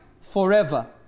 forever